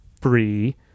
free